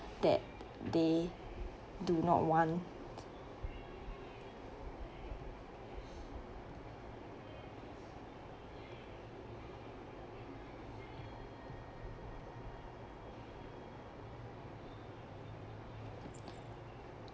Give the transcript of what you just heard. that they do not want